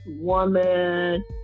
woman